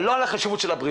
לא על החשיבות של הבריאות,